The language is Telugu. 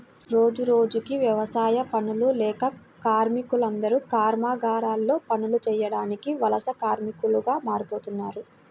రోజురోజుకీ యవసాయ పనులు లేక కార్మికులందరూ కర్మాగారాల్లో పనులు చేయడానికి వలస కార్మికులుగా మారిపోతన్నారు